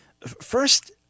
First